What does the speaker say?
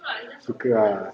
suka ah